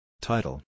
Title